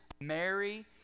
Mary